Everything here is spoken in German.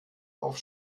auf